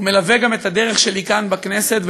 מלווה גם את הדרך שלי כאן בכנסת.